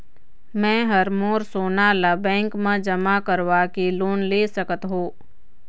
मैं हर मोर सोना ला बैंक म जमा करवाके लोन ले सकत हो?